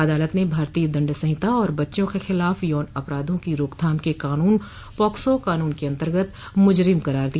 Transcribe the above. अदालत ने भारतीय दंड संहिता और बच्चों के खिलाफ यौन अपराधों की रोकथाम के कानून पॉक्सो कानून के अन्तर्गत मुजरिम करार दिया